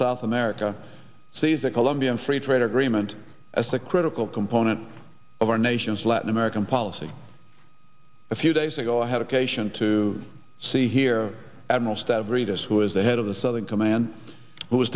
south america sees the colombian free trade agreement as a critical component of our nation's latin american policy a few days ago i had occasion to see here admiral stavridis who is the head of the southern command